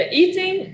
eating